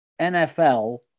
NFL